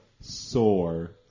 sore